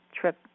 trip